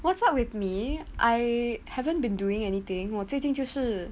what's up with me I haven't been doing anything 我最近就是